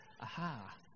Aha